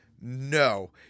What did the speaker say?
No